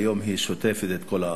היום היא שוטפת את כל הארץ.